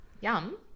Yum